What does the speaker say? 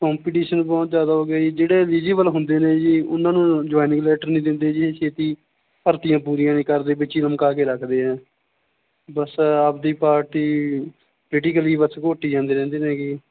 competition ਬਹੁਤ ਜ਼ਿਆਦਾ ਹੋ ਗਿਆ ਜੀ ਜਿਹੜੇ ਐਲੀਜੀਬਲ ਹੁੰਦੇ ਨੇ ਜੀ ਉਹਨਾਂ ਨੂੰ ਜੁਆਇਨਿੰਗ ਲੈਟਰ ਨਹੀਂ ਦਿੰਦੇ ਜੀ ਛੇਤੀ ਭਰਤੀਆਂ ਪੂਰੀਆਂ ਨਹੀਂ ਕਰਦੇ ਵਿੱਚ ਹੀ ਲਮਕਾ ਕੇ ਰੱਖਦੇ ਆ ਬਸ ਆਪਦੀ ਪਾਰਟੀ ਪਲੀਟੀਕਲੀ ਬੱਸ ਘੋਟੀ ਜਾਂਦੇ ਰਹਿੰਦੇ ਨੇਗੇ